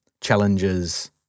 challenges